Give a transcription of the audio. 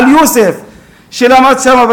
על יוסף שלמד שם,